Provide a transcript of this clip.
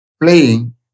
playing